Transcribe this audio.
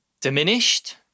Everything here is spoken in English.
Diminished